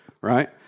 right